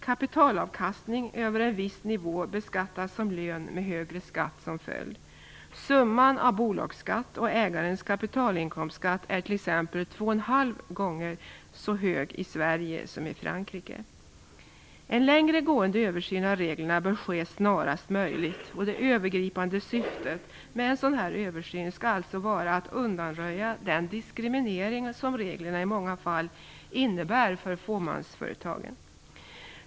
Kapitalavkastning över en viss nivå beskattas som lön med högre skatt som följd. Summan av bolagsskatt och ägarens kapitalinkomstskatt är t.ex. 2,5 gånger högre i Sverige än i En längre gående översyn av reglerna bör ske snarast möjligt. Det övergripande syftet med en sådan översyn skall alltså vara att undanröja den diskriminering som reglerna i många fall innebär för fåmansföretagen.